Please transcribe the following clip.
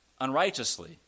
unrighteously